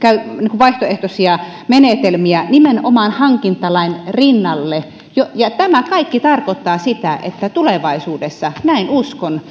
vaihtoehtoisia menetelmiä nimenomaan hankintalain rinnalle tämä kaikki tarkoittaa sitä että tulevaisuudessa näin uskon